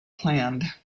planned